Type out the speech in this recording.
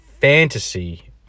fantasy